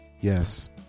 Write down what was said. yes